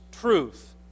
truth